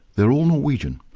they're all norwegian.